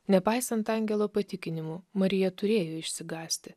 nepaisant angelo patikinimų marija turėjo išsigąsti